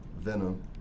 Venom